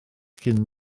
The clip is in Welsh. cyn